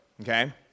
okay